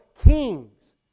kings